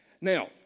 Now